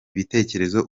bitekerezo